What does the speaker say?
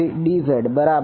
અને ddz બરાબર